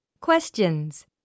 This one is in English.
Questions